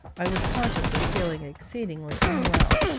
i was conscious of feeling exceedingly unwell.